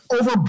over